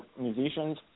musicians